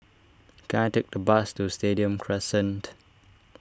can I take a bus to Stadium Crescent